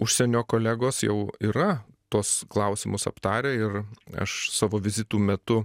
užsienio kolegos jau yra tuos klausimus aptarę ir aš savo vizitų metu